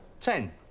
Ten